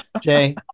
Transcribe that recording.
jay